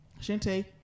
Shantae